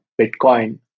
Bitcoin